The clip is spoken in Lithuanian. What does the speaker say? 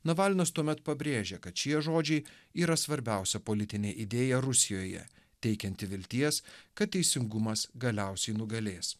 navalnas tuomet pabrėžė kad šie žodžiai yra svarbiausia politinė idėja rusijoje teikianti vilties kad teisingumas galiausiai nugalės